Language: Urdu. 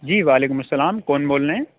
جی و علیکم السّلام کون بول رہے ہیں